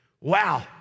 Wow